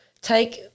take